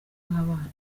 nk’abana